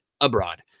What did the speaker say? abroad